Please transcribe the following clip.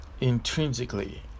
intrinsically